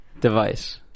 device